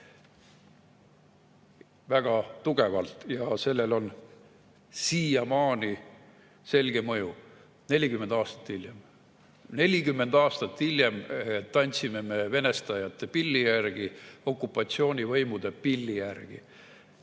väga tugevalt. Sellel on siiamaani selge mõju, 40 aastat hiljem. 40 aastat hiljem tantsime venestajate pilli järgi, okupatsioonivõimude pilli järgi